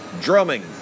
Drumming